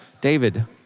David